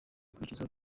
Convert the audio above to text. kwicuza